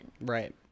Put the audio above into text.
Right